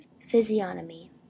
physiognomy